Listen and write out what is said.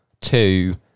Two